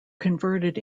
converted